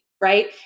right